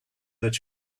that